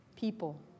people